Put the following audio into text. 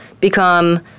become